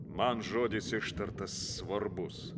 man žodis ištartas svarbus